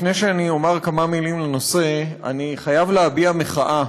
לפני שאומר כמה מילים בנושא, אני חייב להביע מחאה